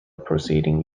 preceding